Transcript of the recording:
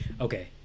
Okay